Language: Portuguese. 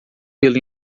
pelo